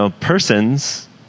persons